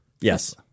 Yes